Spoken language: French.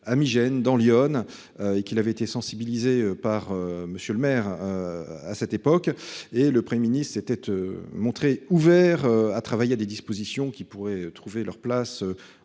Migennes dans l'Yonne et qu'il avait été sensibilisés par monsieur le maire. À cette époque et le Premier Ministre s'était. Montré ouvert à travailler à des dispositions qui pourraient trouver leur place en